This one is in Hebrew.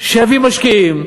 שיביא משקיעים,